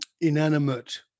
inanimate